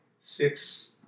six